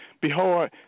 Behold